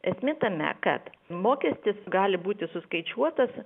esmė tame kad mokestis gali būti suskaičiuotas